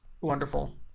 wonderful